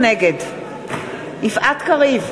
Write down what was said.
נגד יפעת קריב,